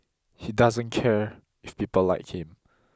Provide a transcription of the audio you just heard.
he doesn't care if people like him